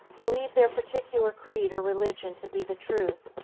believe their particular creed or religion to be the truth,